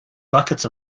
buckets